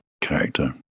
character